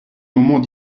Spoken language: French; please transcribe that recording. moments